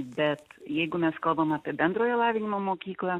bet jeigu mes kalbam apie bendrojo lavinimo mokyklą